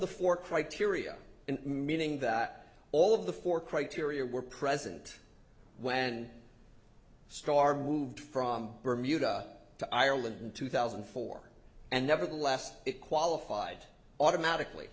the four criteria and meaning that all of the four criteria were present when star moved from bermuda to ireland in two thousand and four and nevertheless it qualified automatically